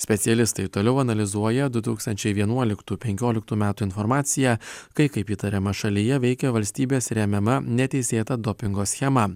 specialistai toliau analizuoja du tūkstančiai vienuoliktų penkioliktų metų informaciją kai kaip įtariama šalyje veikė valstybės remiama neteisėta dopingo schema